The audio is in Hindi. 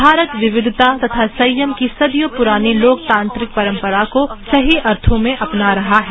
भारत विविधता तथा संयम की सदियों पुरानी लोकतांत्रिक परंपरा को सही अर्थो मेंअपना रहा है